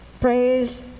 Praise